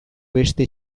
beste